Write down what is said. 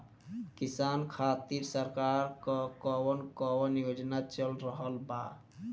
किसान खातिर सरकार क कवन कवन योजना चल रहल बा?